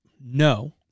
No